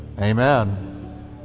amen